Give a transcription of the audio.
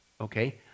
okay